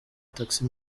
taxi